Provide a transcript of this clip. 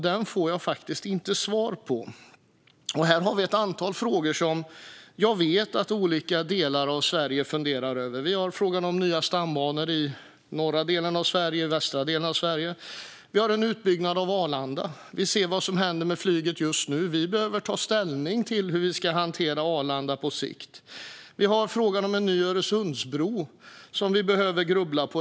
Detta får jag faktiskt inte svar på. Här har vi ett antal frågor som jag vet att olika delar av Sverige funderar över. Vi har frågan om nya stambanor i den norra respektive västra delen av Sverige. Vi har frågan om en utbyggnad av Arlanda. Vi ser vad som händer med flyget just nu - vi behöver ta ställning till hur vi ska hantera Arlanda på sikt. Vi har frågan om en ny Öresundsbro, som vi behöver grubbla på.